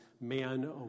man